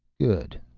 good.